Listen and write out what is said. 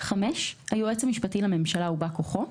(5)היועץ המשפטי לממשלה ובא כוחו,